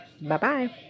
Bye-bye